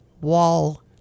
wall